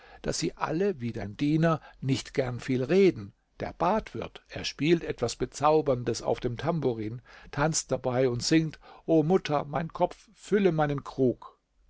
daß sie alle wie dein diener nicht gern viel reden der badwirt der spielt etwas bezauberndes auf dem tamburin tanzt dabei und singt o mutter mein kopf fülle meinen krug